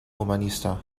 humanista